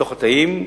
בתוך התאים,